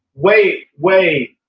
way, way,